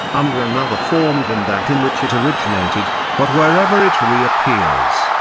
under another form than that in which it originated but wherever it reappears,